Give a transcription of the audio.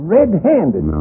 Red-handed